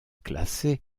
classé